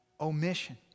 omission